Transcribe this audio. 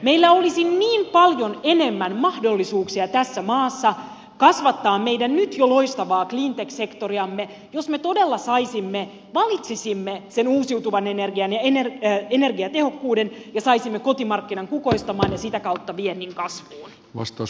meillä olisi niin paljon enemmän mahdollisuuksia tässä maassa kasvattaa meidän nyt jo loistavaa cleantech sektoriamme jos me todella valitsisimme sen uusiutuvan energian ja energiatehokkuuden ja saisimme kotimarkkinan kukoistamaan ja sitä kautta viennin kasvuun